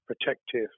protective